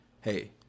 hey